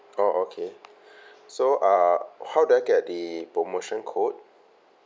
oh okay so uh how do I get the promotion code